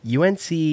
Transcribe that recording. UNC